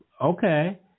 Okay